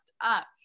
up